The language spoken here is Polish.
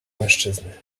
mężczyzny